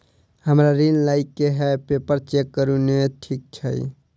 हमरा ऋण लई केँ हय पेपर चेक करू नै ठीक छई?